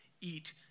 eat